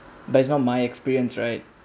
but it's not my experience right